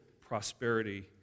prosperity